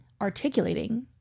articulating